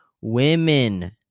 women